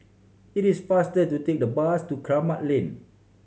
it is faster to take the bus to Kramat Lane